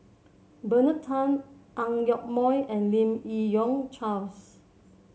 Bernard Tan Ang Yoke Mooi and Lim Yi Yong Charles